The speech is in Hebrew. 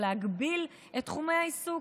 או להגביל את תחומי העיסוק.